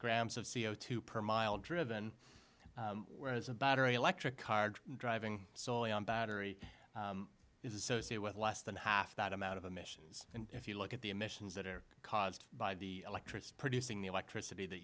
grams of c o two per mile driven is a battery electric car driving soley on battery is associate with less than half that amount of emissions and if you look at the emissions that are caused by the electricity producing the electricity th